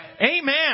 Amen